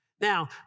Now